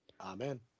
Amen